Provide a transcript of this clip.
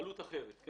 עלות אחרת.